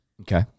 okay